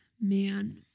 man